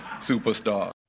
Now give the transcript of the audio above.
Superstar